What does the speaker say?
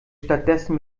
stattdessen